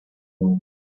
one